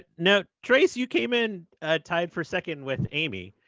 no, trace, you came in tied for second with amy,